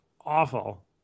awful